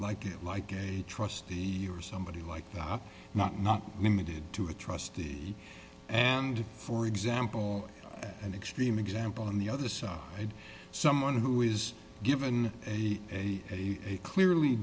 like it like a trustee or somebody like that not not limited to a trustee and for example an extreme example on the other side someone who is given a a clearly